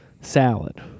salad